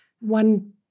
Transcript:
One